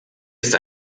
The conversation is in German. ist